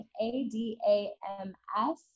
A-D-A-M-S